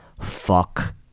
Fuck